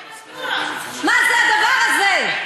זה בטוח, מה זה הדבר הזה?